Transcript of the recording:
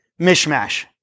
mishmash